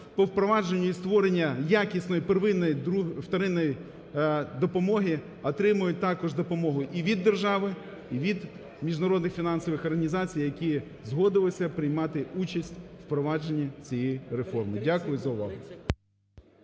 по впровадженню і створенню якісної первинної, вторинної допомоги, отримують також допомогу і від держави і від міжнародних фінансових організацій, які згодилися приймати участь в впровадженні цієї реформи. Дякую за увагу.